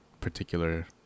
particular